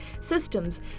systems